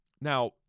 Now